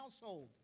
household